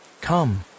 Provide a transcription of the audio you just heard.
come